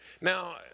Now